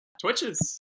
Twitches